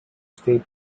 state